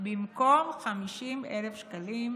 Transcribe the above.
במקום 50,000 שקלים,